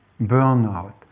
burnout